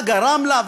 מה גרם לה,